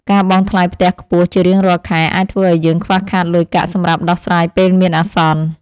ការបង់ថ្លៃផ្ទះខ្ពស់ជារៀងរាល់ខែអាចធ្វើឱ្យយើងខ្វះខាតលុយកាក់សម្រាប់ដោះស្រាយពេលមានអាសន្ន។